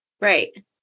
Right